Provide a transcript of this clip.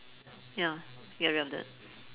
ya get rid of that